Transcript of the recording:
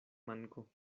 manko